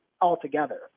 altogether